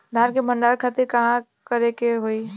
धान के भंडारन खातिर कहाँरखे के होई?